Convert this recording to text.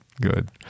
good